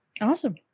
Awesome